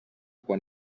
quan